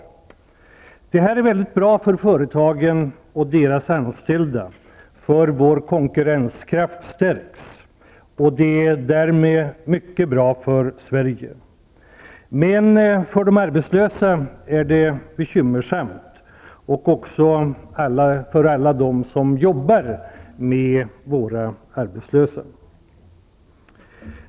Det här är mycket bra för företagen och deras anställda och även för Sverige, då vår konkurrenskraft därmed förstärks. Men för de arbetslösa är det bekymmersamt, liksom för alla dem som jobbar med våra arbetslösa.